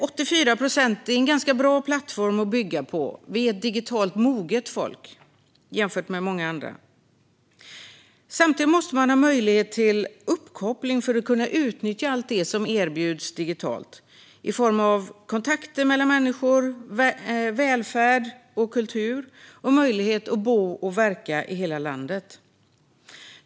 Det är en bra plattform att bygga på. Vi är ett digitalt moget folk jämfört med många andra. Man måste dock ha möjlighet till uppkoppling för att utnyttja allt som erbjuds digitalt i form av kontakt mellan människor, välfärd och kultur och när det gäller möjligheten att bo och verka i hela landet.